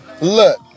look